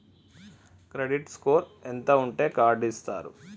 Credit score ఎంత ఉంటే card ఇస్తారు?